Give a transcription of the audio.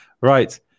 Right